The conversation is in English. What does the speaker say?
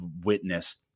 witnessed